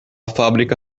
fábrica